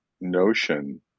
notion